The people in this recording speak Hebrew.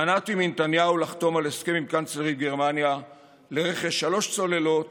מנעתי מנתניהו לחתום על הסכם עם קנצלרית גרמניה לרכש שלוש צוללות